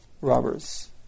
robbers